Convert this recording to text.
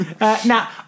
Now